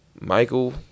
Michael